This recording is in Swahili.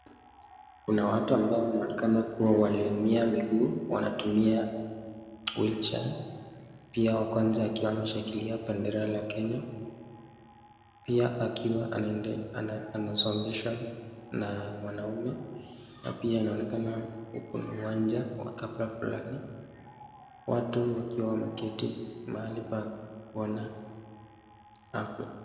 Kuna watu wanaonekana waliumia miguu, wanatumia wheel chair pia wa kwanza akiwa anashikilia bendera la Kenya, pia akiwa anasongeshwa na mwanaume na pia inaonekana wako uwanja kwa hafla fulani watu wakiwa wameketi kwa hii hafla.